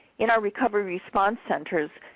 in our recovery response centers,